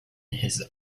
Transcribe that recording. his